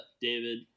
David